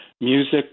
music